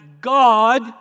God